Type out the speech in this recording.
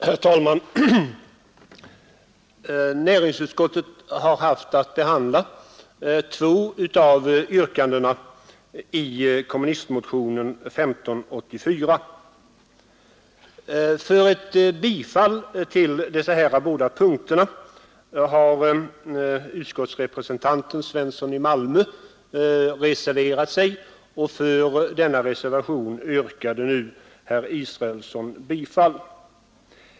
Herr talman! Näringsutskottet har haft att behandla två av yrkandena i kommunistmotionen 1584. För ett bifall till dessa båda punkter har utskottsrepresentanten herr Svensson i Malmö reserverat sig, och till denna reservation yrkade nu herr Israelsson bifall.